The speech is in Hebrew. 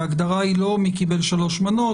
ההגדרה היא לא מי קיבל שלוש מנות,